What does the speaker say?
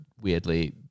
weirdly